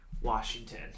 Washington